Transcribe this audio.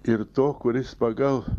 ir to kuris pagal